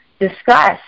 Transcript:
discuss